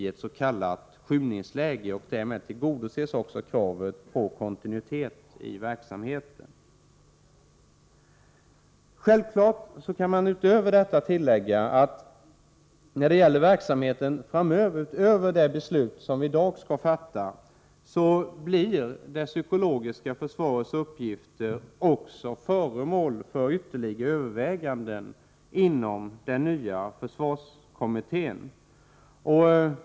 Genom denna organisation tillgodoses också kravet på kontinuitet i verksamheten. När det gäller verksamheten framöver, efter det beslut som vi i dag fattar, kan man naturligtvis tillägga att det psykologiska försvarets uppgifter kommer att bli föremål för ytterligare överväganden också inom den nya försvarskommittén.